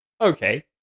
okay